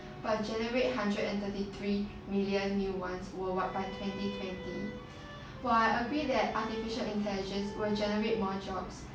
but generate hundred and thirty three million new ones worldwide by twenty twenty while I agree that artificial intelligence will generate more jobs